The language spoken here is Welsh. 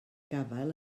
gafael